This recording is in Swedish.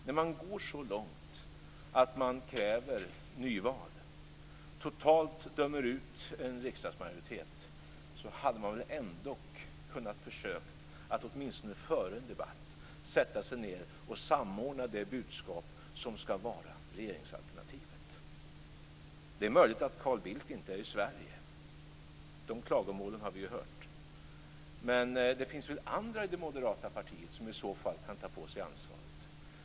När man går så långt att man kräver nyval och totalt dömer ut en riksdagsmajoritet hade man väl ändock kunnat försöka att åtminstone före debatten sätta sig ned och samordna det budskap som skall vara regeringsalternativet. Det är möjligt att Carl Bildt inte stannar i Sverige - de klagomålen har vi ju hört - men det finns väl andra i det moderata partiet som i så fall kan ta på sig ansvaret.